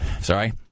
Sorry